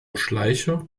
schleicher